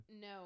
No